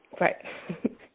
Right